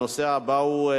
הנושא הבא הוא: